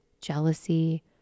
jealousy